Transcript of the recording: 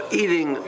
eating